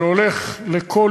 שהולך לכל